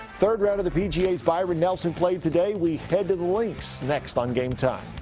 third round of the pga's byron nelson played today. we head to the links next on game time.